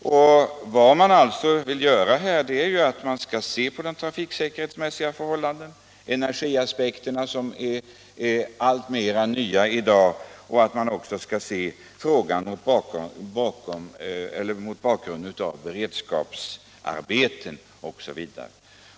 Och vad vi nu vill är att man skall undersöka de trafiksäkerhetsmässiga förhållandena och energiaspekterna — som ju är nya och aktuella i dag — och se på hela frågan mot bakgrund av beredskapsarbeten osv.